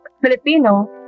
Filipino